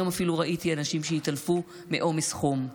היום אפילו ראיתי אנשים שהתעלפו מעומס חום.